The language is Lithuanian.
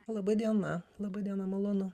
laba diena laba diena malonu